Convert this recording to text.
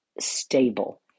stable